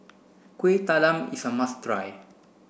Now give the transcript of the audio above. Kueh Talam is a must try